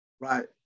Right